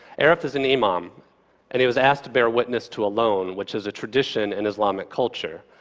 aref is an imam and he was asked to bear witness to a loan, which is a tradition in islamic culture.